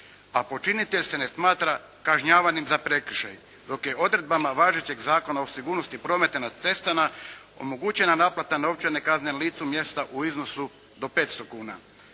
a počinitelj se ne smatra kažnjavanim za prekršaj dok je odredbama važećeg Zakona o sigurnosti prometa na cestama omogućena naplata novčane kazne na licu mjesta u iznosu od 500 kuna.